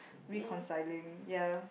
reconciling ya